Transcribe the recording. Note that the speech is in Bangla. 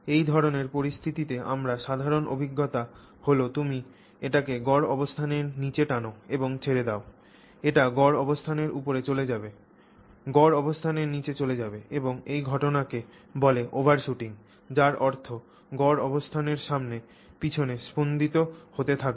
এই ধরণের পরিস্থিতিতে আমাদের সাধারণ অভিজ্ঞতা হল তুমি এটিকে গড় অবস্থানের নীচে টান এবং ছেড়ে দাও এটি গড় অবস্থানের উপরে চলে যাবে গড় অবস্থানের নীচে চলে যাবে এবং এই ঘটনাকে বলে ওভারশুটিং যার অর্থ গড় অবস্থানের সামনে পিছনে স্পন্দিত হতে থাকবে